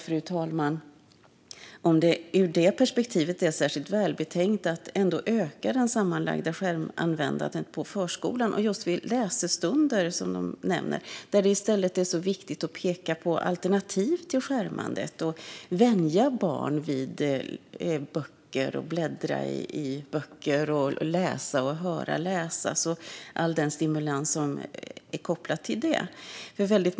Fru talman! Är det ur det perspektivet särskilt välbetänkt att öka det sammanlagda skärmanvändandet på förskolan - och just vid läsestunder då det är så viktigt att peka på alternativ till skärmandet och vänja barn vid bläddring i böcker, högläsning och all den stimulans som är kopplad till det?